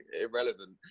irrelevant